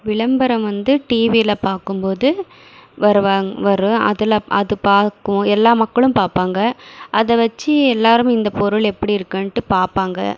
விளம்பரம் வந்து டிவியில பார்க்கும் போது வருவாங் வரும் அதில் அது பார்க்கும் எல்லா மக்களும் பார்ப்பாங்க அதை வச்சு எல்லோரும் இந்த பொருள் எப்படி இருக்குதுன்ட்டு பார்ப்பாங்க